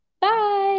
Bye